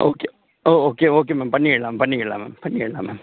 okay oh okay okay ma'am பண்ணிக்கிடலாம் பண்ணிக்கிடலாம் ma'am பண்ணிக்கிடலாம் மேம்